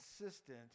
consistent